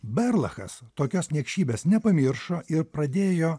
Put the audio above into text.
berlachas tokios niekšybės nepamiršo ir pradėjo